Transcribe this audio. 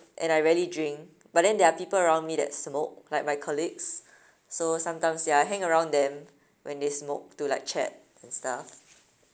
and I rarely drink but then there are people around me that smoke like my colleagues so sometimes ya I hang around them when they smoke to like chat and stuff